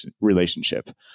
relationship